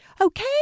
Okay